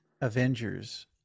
Avengers